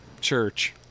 Church